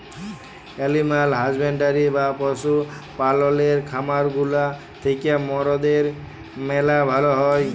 animal husbandry বা পশু পাললের খামার গুলা থিক্যা মরদের ম্যালা ভালা হ্যয়